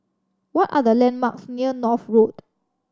what are the landmarks near North Road